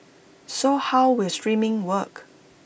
so how will streaming work